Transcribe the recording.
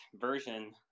version